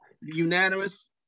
Unanimous